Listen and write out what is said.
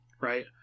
right